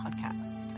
podcast